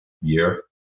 year